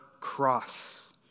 cross